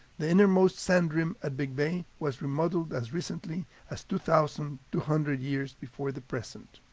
the innermost sand rim at big bay was remodeled as recently as two thousand two hundred years before the present.